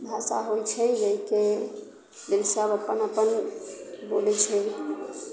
भाषा होइत छै जाहिके जाहिसँ अपन अपन बोलैत छै